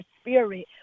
spirit